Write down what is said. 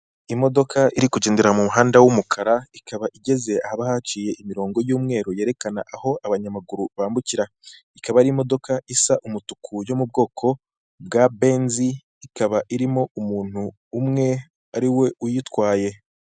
Imodoka iri kugendera mu muhanda w'umukara ikaba igeze ahaba haciye imirongo y'umweru yerekana aho abanyamaguru bambukira, ikaba ari imodoka isa umutuku yo mu bwoko bwa benzi, ikaba irimo umuntu umwe ariwe uyitwaye.